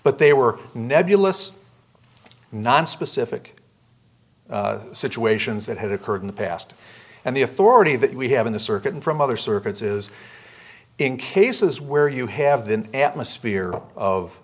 but they were nebulous nonspecific situations that have occurred in the past and the authority that we have in the circuit and from other circuits is in cases where you have the atmosphere of